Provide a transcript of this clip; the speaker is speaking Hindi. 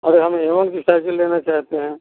अरे हम ए वन की साइकिल लेना चाहते हैं